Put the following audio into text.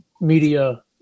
media